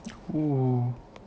oo